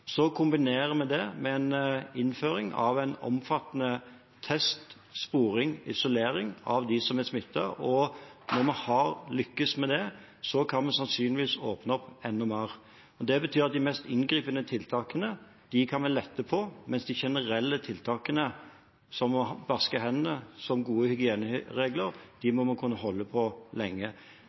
kombinerer det med en innføring av en omfattende test, sporing og isolering av dem som er smittet, og når vi har lyktes med det, kan vi sannsynligvis åpne opp enda mer. Det betyr at de mest inngripende tiltakene kan vi lette på, men de generelle tiltakene – som å vaske hendene, som gode hygieneregler – må vi kunne holde på lenge.